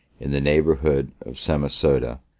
in the neighborhood of samosata,